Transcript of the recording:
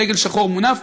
דגל שחור מונף,